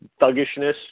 thuggishness